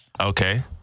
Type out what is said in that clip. Okay